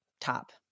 top